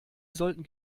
sollten